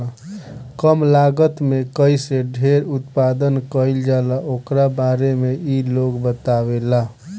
कम लागत में कईसे ढेर उत्पादन कईल जाला ओकरा बारे में इ लोग बतावेला